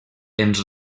ens